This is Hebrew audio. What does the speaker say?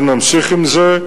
אנחנו נמשיך עם זה.